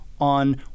on